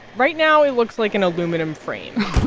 right now, it looks like an aluminum frame.